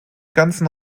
ganzen